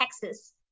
Texas